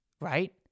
Right